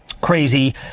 crazy